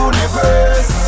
Universe